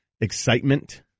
excitement